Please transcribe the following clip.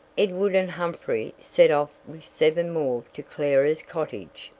edward and humphrey set off with seven more to clara's cottage,